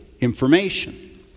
information